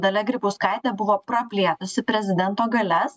dalia grybauskaitė buvo praplėtusi prezidento galias